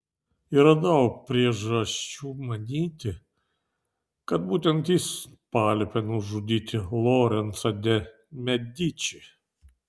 yra daug priežasčių manyti kad būtent jis paliepė nužudyti lorencą de medičį